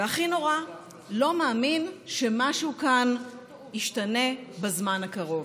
והכי נורא, לא מאמין שמשהו כאן ישתנה בזמן הקרוב.